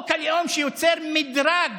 שיוצר מדרג